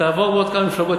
ותעבור בעוד כמה מפלגות,